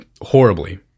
horribly